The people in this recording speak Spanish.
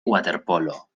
waterpolo